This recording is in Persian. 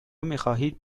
میخواهید